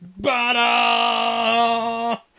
Bada